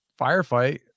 firefight